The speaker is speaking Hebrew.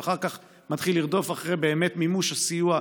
ואחר כך מתחיל לרדוף באמת אחרי מימוש הסיוע,